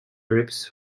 groups